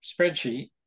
spreadsheet